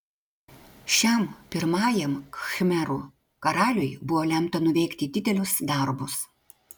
šiam pirmajam khmerų karaliui buvo lemta nuveikti didelius darbus